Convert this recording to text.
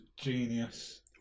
genius